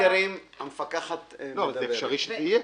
אבל אפשרי שיהיה?